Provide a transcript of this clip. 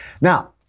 Now